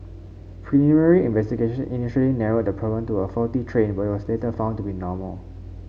preliminary investigation initially narrowed the problem to a faulty train but it was later found to be normal